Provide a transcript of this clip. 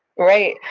right,